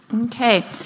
Okay